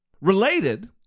related